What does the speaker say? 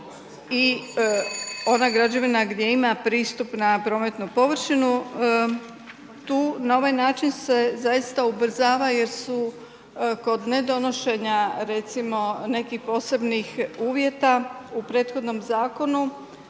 i ona građevina gdje ima pristup na prometnu površinu, tu na ovaj način se zaista ubrzava jer su kod nedonošenja recimo nekih posebnih uvjeta u prethodnom zakonu